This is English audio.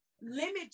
limit